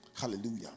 Hallelujah